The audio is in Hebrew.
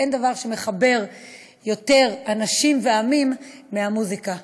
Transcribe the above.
אין דבר שמחבר יותר אנשים ועמים מהמוזיקה.